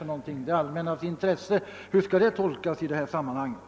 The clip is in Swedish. Hur skall »det allmännas intresse» tolkas i det här sammanhanget?